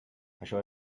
això